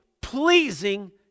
pleasing